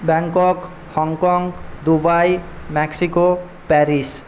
Bangkok Hong Kong Dubai Mexico Paris